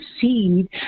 seed